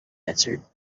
answered